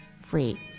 free